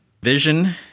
vision